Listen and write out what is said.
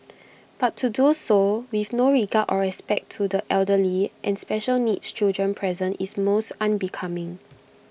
but to do so with no regard or respect to the elderly and special needs children present is most unbecoming